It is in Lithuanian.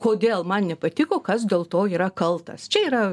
kodėl man nepatiko kas dėl to yra kaltas čia yra